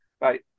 Right